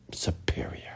superior